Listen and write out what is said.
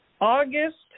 August